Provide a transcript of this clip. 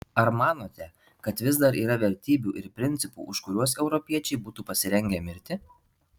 ar manote kad vis dar yra vertybių ir principų už kuriuos europiečiai būtų pasirengę mirti